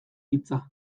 hitza